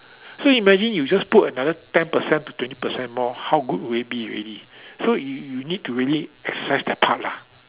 so imagine you just put another ten percent to twenty percent more how good will it be already so you you need to really exercise that part lah